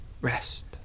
Rest